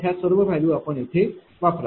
ह्या सर्व व्हॅल्यू येथे वापरा